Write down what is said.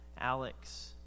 Alex